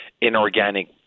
inorganic